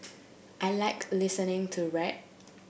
I like listening to rap